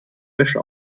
wäsche